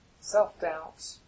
self-doubt